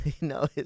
no